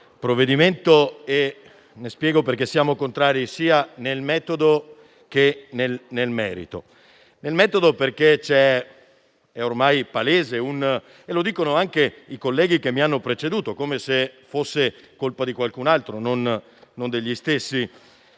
provvedimento e spiego perché siamo contrari sia nel metodo che nel merito. Nel metodo perché è ormai palese - lo dicono anche i colleghi che mi hanno preceduto, come se fosse colpa di qualcun altro, non degli stessi